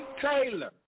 taylor